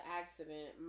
accident